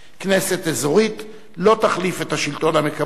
כנסת אזורית לא תחליף את השלטון המקומי